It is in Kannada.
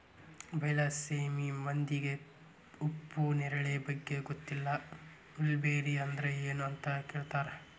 ಬೈಲಸೇಮಿ ಮಂದಿಗೆ ಉಪ್ಪು ನೇರಳೆ ಬಗ್ಗೆ ಗೊತ್ತಿಲ್ಲ ಮಲ್ಬೆರಿ ಅಂದ್ರ ಎನ್ ಅಂತ ಕೇಳತಾರ